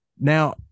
Now